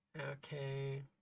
okay